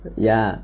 ya